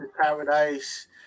Paradise